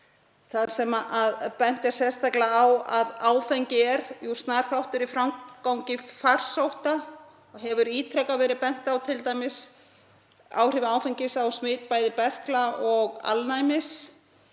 þar sem bent er sérstaklega á að áfengi er snar þáttur í framgangi farsótta og hefur ítrekað verið bent á t.d. áhrif áfengis á smit bæði berkla og alnæmis.